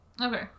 Okay